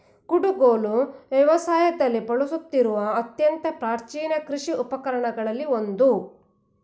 ಕುಡುಗೋಲು ವ್ಯವಸಾಯದಲ್ಲಿ ಬಳಸುತ್ತಿರುವ ಅತ್ಯಂತ ಪ್ರಾಚೀನ ಕೃಷಿ ಉಪಕರಣಗಳಲ್ಲಿ ಒಂದು